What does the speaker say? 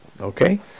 Okay